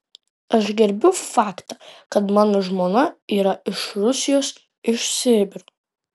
aš gerbiu faktą kad mano žmona yra iš rusijos iš sibiro